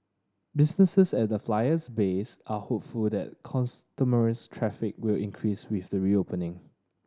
businesses at the Flyer's base are hopeful that customer traffic will increase with the reopening